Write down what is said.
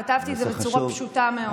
כתבתי את זה בצורה פשוטה מאוד ובהירה מאוד.